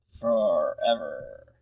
forever